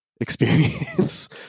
experience